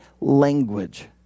language